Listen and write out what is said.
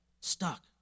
stuck